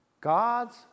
God's